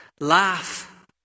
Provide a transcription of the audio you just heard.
Laugh